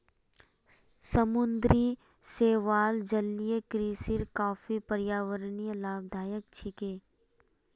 समुद्री शैवाल जलीय कृषिर काफी पर्यावरणीय लाभदायक छिके